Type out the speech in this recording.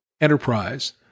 enterprise